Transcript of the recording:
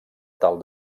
tal